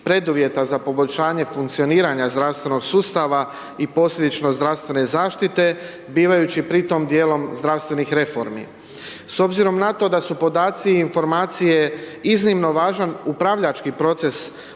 preduvjeta za poboljšanje funkcioniranja zdravstvenog sustava i posljedično zdravstvene zaštite bivajući pri tom dijelom zdravstvenih reformi. S obzirom na to da su podaci i informacije iznimno važan upravljački proces